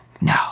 No